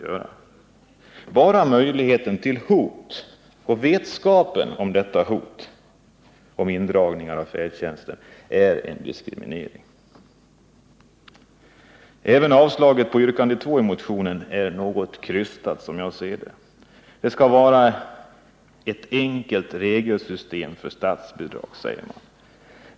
Enbart hotet — och vetskapen om detta hot — om indragning av färdtjänsten är en diskriminering. Även avstyrkandet av yrkandet 2 i motionen är något krystat. Regelsystemet för statsbidrag skall vara enkelt, säger man.